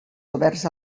oberts